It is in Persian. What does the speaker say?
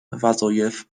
وظایف